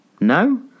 No